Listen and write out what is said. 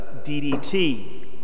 DDT